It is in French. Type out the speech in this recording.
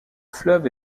fleuve